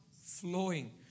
flowing